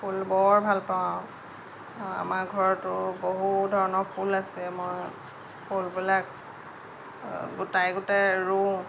ফুল বৰ ভাল পাওঁ আমাৰ ঘৰতো বহু ধৰণৰ ফুল আছে মই ফুলবিলাক গোটাই গোটাই ৰুওঁ